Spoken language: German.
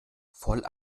voll